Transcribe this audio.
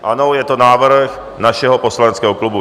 Ano, je to návrh našeho poslaneckého klubu.